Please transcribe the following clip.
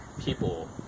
people